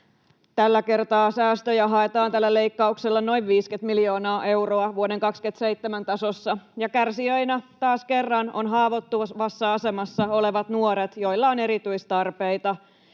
Tällä kertaa säästöjä haetaan tällä leikkauksella noin 50 miljoonaa euroa vuoden 27 tasossa, ja kärsijöinä taas kerran ovat haavoittuvassa asemassa olevat nuoret, joilla on erityistarpeita.